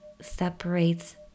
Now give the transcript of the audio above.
separates